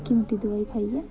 निक्की मुट्टी दवाई खाइयै